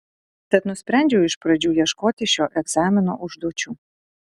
tad nusprendžiau iš pradžių ieškoti šio egzamino užduočių